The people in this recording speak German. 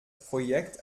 projekt